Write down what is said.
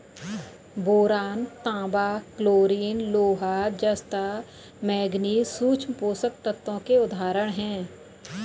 boron, तांबा, chlorine, लोहा, जस्ता, मैंगनीज सूक्ष्म पोषक तत्वों के उदाहरण हैं